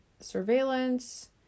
surveillance